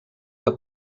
que